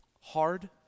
hard